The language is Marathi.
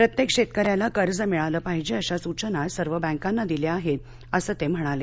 प्रत्येक शेतकऱ्याला कर्ज मिळाले पाहिजे अशा सूचना सर्व बैंकांना दिल्या आहेत असं ते म्हणाले